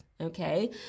Okay